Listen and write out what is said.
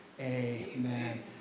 Amen